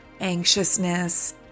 anxiousness